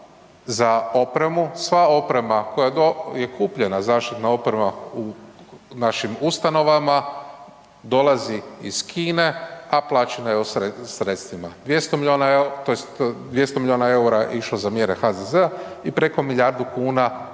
za opremu, sva oprema koja je kupljena, zaštitna oprema u našim ustanovama, dolazi iz Kine, a plaćena je sredstvima 200 milijuna EUR-a tj. 200 milijuna EUR-a je išlo za mjere HZZ-a i preko milijardu kuna